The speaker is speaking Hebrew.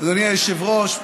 אדוני היושב-ראש,